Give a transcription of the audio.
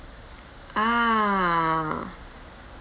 ah